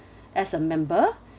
as a member